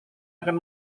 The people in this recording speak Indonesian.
akan